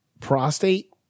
prostate